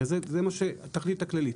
הרי זה מה התכלית הכללית.